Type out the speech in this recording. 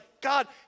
God